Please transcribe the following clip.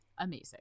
Amazing